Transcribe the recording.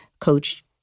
coach